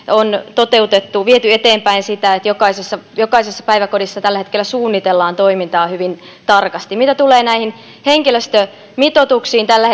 toteutettu viety eteenpäin sitä että jokaisessa jokaisessa päiväkodissa tällä hetkellä suunnitellaan toimintaa hyvin tarkasti mitä tulee henkilöstömitoituksiin tällä